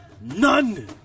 None